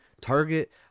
target